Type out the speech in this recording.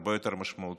הרבה יותר משמעותית,